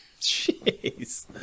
Jeez